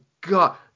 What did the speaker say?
God